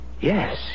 Yes